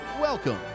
welcome